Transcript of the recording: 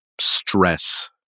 stress